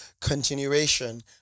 continuation